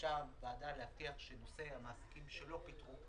ביקשה הוועדה להבטיח שנושא המעסיקים שלא פיטרו